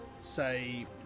say